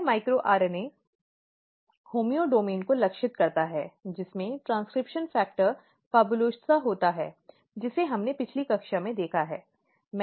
यह micro RNA homeodomain को लक्षित करता है जिसमें ट्रांसक्रिप्शन फैक्टर PHABULOSA होता है जिसे हमने पिछली कक्षा में देखा है